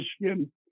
Michigan